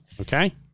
okay